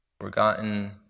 forgotten